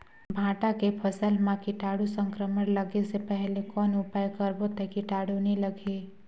भांटा के फसल मां कीटाणु संक्रमण लगे से पहले कौन उपाय करबो ता कीटाणु नी लगही?